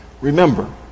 remember